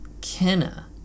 Kenna